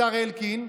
השר אלקין,